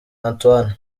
antoine